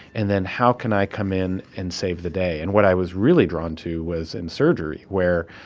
and then how can i come in and save the day? and what i was really drawn to was in surgery where,